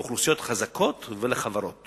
לאוכלוסיות חזקות ולחברות.